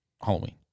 Halloween